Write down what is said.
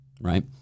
right